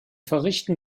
verrichten